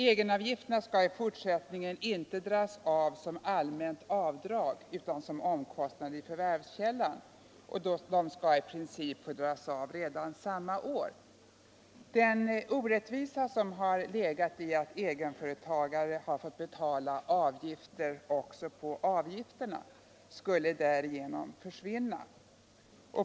Egenavgifterna skall i fortsättningen inte dras av som allmänt avdrag utan som omkostnad i förvärvskällan och de skall i princip få dras av redan samma år. Den orättvisa som har legat i att egenföretagare fått betala avgifter också på avgifterna skulle därigenom försvinna.